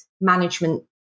management